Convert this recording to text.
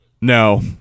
no